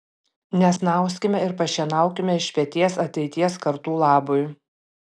nesnauskime ir pašienaukime iš peties ateities kartų labui